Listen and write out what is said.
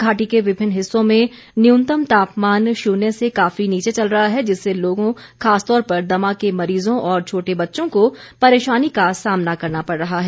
घाटी के विभिन्न हिस्सों में न्यूनतम तापमान शून्य से काफी नीचे चल रहा है जिससे लोगों खासतौर पर दमा के मरीजों और छोटे बच्चों को परेशानी का सामना करना पड़ रहा है